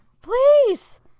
Please